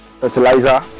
fertilizer